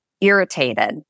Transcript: irritated